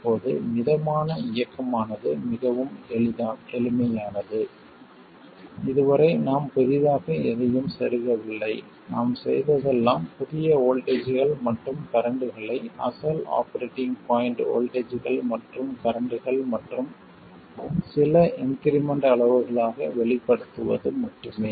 இப்போது மிதமான இயக்கமானது மிகவும் எளிமையானது இதுவரை நாம் புதிதாக எதையும் செருகவில்லை நாம் செய்ததெல்லாம் புதிய வோல்ட்டேஜ்கள் மற்றும் கரண்ட்களை அசல் ஆபரேட்டிங் பாய்ண்ட் வோல்ட்டேஜ்கள் மற்றும் கரண்ட்கள் மற்றும் சில இன்க்ரிமெண்ட் அளவுகளாக வெளிப்படுத்துவது மட்டுமே